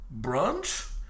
brunch